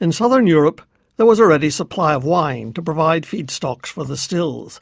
in southern europe there was a ready supply of wine to provide feedstock for the stills